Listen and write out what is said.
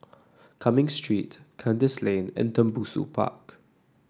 Cumming Street Kandis Lane and Tembusu Park